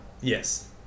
Yes